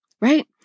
right